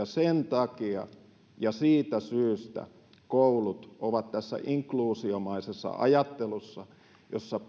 sen takia ja siitä syystä koulut ovat tässä inkluusiomaisessa ajattelussa jossa